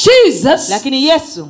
Jesus